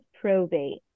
probate